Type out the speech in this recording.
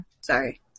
Sorry